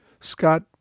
Scott